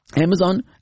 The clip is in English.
Amazon